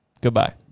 Goodbye